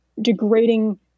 degrading